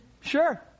Sure